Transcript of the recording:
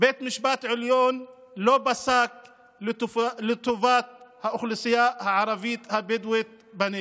בית המשפט העליון לא פסק לטובת האוכלוסייה הערבית הבדואית בנגב.